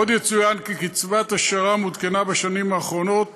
עוד יצוין כי קצבת השר"מ עודכנה בשנים האחרונות